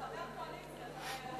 אתה חבר אופוזיציה.